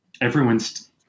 everyone's